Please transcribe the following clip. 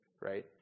right